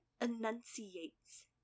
enunciates